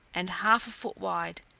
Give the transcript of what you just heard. and half a foot wide,